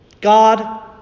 God